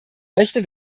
möchte